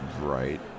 Right